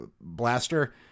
blaster